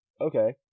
Okay